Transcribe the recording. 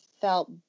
felt